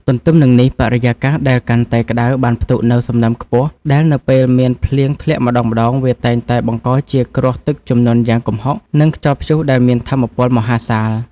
ទន្ទឹមនឹងនេះ បរិយាកាសដែលកាន់តែក្ដៅបានផ្ទុកនូវសំណើមខ្ពស់ ដែលនៅពេលមានភ្លៀងធ្លាក់ម្ដងៗ វាតែងតែបង្កជាគ្រោះទឹកជំនន់យ៉ាងគំហុក និងខ្យល់ព្យុះដែលមានថាមពលមហាសាល។